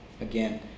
again